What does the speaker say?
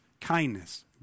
kindness